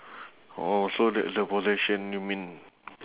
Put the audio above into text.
oh so that's the possession you mean